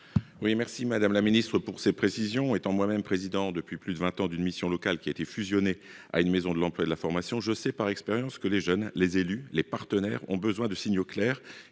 Oui, merci, madame la Ministre, pour ces précisions étant moi-même président depuis plus de 20 ans d'une mission locale qui a été fusionné à une maison de l'emploi de la formation je sais par expérience que les jeunes, les élus, les partenaires ont besoin de signaux clairs